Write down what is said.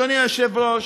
אדוני היושב-ראש,